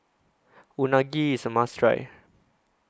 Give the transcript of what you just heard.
Unagi IS A must Try